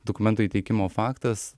dokumentų įteikimo faktas